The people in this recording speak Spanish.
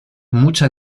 mucha